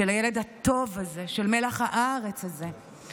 של הילד הטוב הזה, של מלח הארץ הזה.